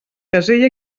casella